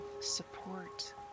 support